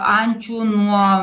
ančių nuo